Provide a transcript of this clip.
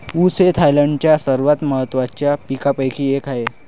ऊस हे थायलंडच्या सर्वात महत्त्वाच्या पिकांपैकी एक आहे